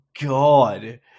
god